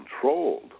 controlled